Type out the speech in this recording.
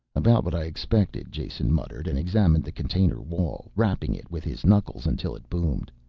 about what i expected, jason muttered and examined the container wall, rapping it with his knuckles until it boomed.